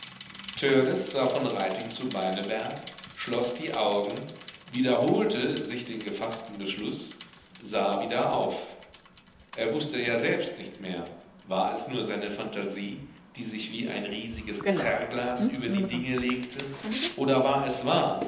sah von reiting zu beineberg schloß die augen wiederholte sich den gefaßten beschluß sah wieder auf er wußte ja selbst nicht mehr war es nur seine phantasie die sich wie ein riesiges zerrglas über die dinge legte oder war es wahr war